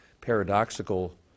paradoxical